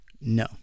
no